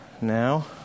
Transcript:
Now